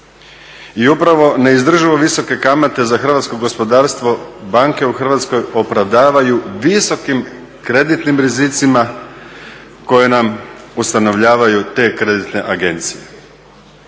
I upravo neizdrživo visoke kamate za hrvatsko gospodarstvo, banke u Hrvatskoj opravdavaju visokim kreditnim rizicima koje nam ustanovljavaju te kreditne agencije.